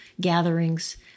gatherings